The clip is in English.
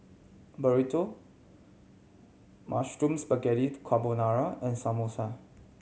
Burrito Mushroom Spaghetti Carbonara and Samosa